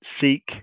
seek